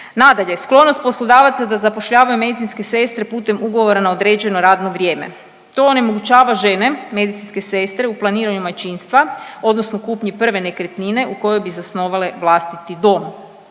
Nadalje, sklonost poslodavaca za zapošljavaju medicinske sestre putem ugovora na određeno radno vrijeme. To onemogućava žene, medicinske sestre u planiranju majčinstva odnosno kupnji prve nekretnine u kojoj bi zasnovale vlastiti dom.